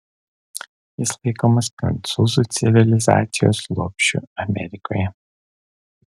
jis laikomas prancūzų civilizacijos lopšiu amerikoje